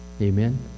Amen